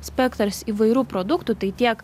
spektras įvairių produktų tai tiek